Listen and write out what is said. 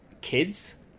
kids